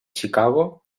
chicago